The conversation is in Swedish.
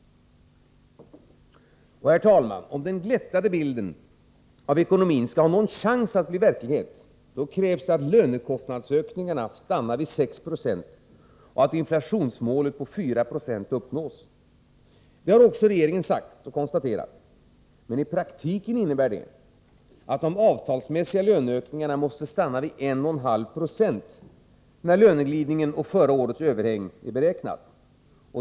Herr talman! Skall den glättade bilden av ekonomin ha någon chans att bli verklighet krävs att lönekostnadsökningarna stannar vid 690 och att inflationsmålet på 4 20 uppnås. Det har också regeringen konstaterat. Men i praktiken innebär detta att de avtalsmässiga löneökningarna måste stanna vid 1,5 20, när löneglidningen och förra årets ”överhäng” är borträknat.